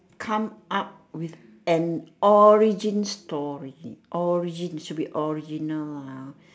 come up with an origin story origin should be original ah